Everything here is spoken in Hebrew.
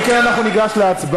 אם כן, אנחנו ניגש להצבעה.